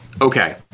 Okay